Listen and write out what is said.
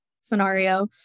scenario